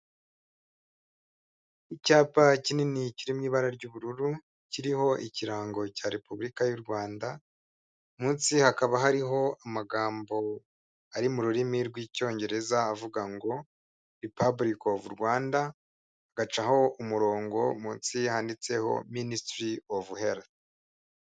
Icyapa kinini kiri mu ibara ry'ubururu kiriho ikirango cya Repubulika y'u Rwanda, munsi hakaba hariho amagambo ari mu rurimi rw'Icyongereza avuga ngo Repabulike ofu Rwanda, ugacaho umurongo munsi handitseho Minisitiri off herifu